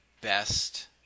best